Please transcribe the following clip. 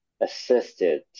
assisted